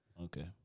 Okay